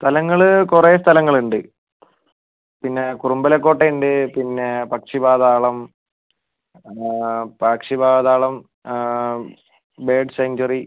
സ്ഥലങ്ങൾ കുറേ സ്ഥലങ്ങൾ ഉണ്ട് പിന്നെ കുറുമ്പലക്കോട്ട ഉണ്ട് പിന്നെ പക്ഷി പാതാളം പക്ഷി പാതാളം ബേർഡ് സാൻച്വാറി